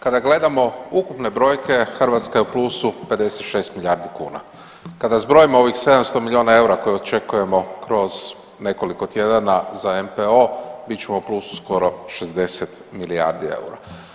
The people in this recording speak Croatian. Kada gledamo ukupne brojke Hrvatska je u plusu 56 milijardi kuna, kada zbrojimo ovih 700 milijuna eura koje očekujemo kroz nekoliko tjedana za NPOO bit ćemo u plusu skoro 60 milijardi eura.